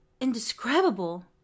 indescribable